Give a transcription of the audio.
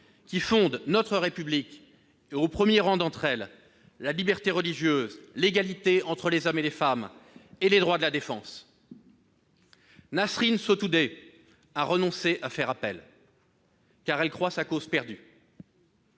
qui fondent notre République, au premier rang desquelles la liberté religieuse, l'égalité entre les hommes et les femmes et les droits de la défense. Nasrin Sotoudeh a renoncé à faire appel, car elle croit sa cause perdue